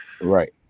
Right